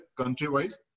country-wise